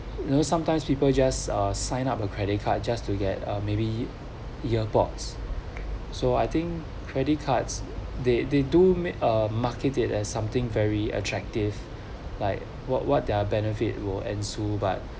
you know sometimes people just uh sign up a credit card just to get a maybe year boards so I think credit cards they they do make uh market it as something very attractive like what what their benefit will ensue but